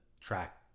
track